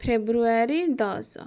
ଫେବୃୟାରୀ ଦଶ